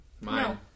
No